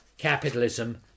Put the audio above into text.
capitalism